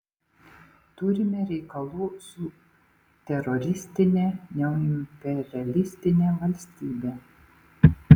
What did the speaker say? turime reikalų su teroristine neoimperialistine valstybe